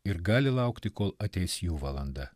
ir gali laukti kol ateis jų valanda